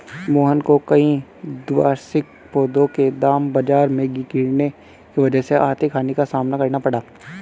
मोहन को कई द्विवार्षिक पौधों के दाम बाजार में गिरने की वजह से आर्थिक हानि का सामना करना पड़ा